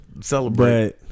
celebrate